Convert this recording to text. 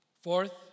Fourth